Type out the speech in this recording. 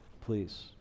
please